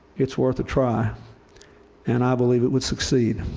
it's worth a try and i believe it would succeed.